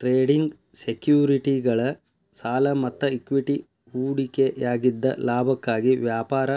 trading ಸೆಕ್ಯುರಿಟಿಗಳ ಸಾಲ ಮತ್ತ ಇಕ್ವಿಟಿ ಹೂಡಿಕೆಯಾಗಿದ್ದ ಲಾಭಕ್ಕಾಗಿ ವ್ಯಾಪಾರ